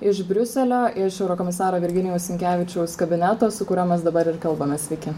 iš briuselio iš eurokomisaro virginijaus sinkevičiaus kabineto su kuriuo mes dabar ir kalbamės sveiki